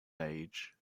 age